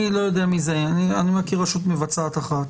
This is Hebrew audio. אני מכיר רשות מבצעת אחת.